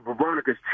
Veronica's